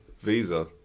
visa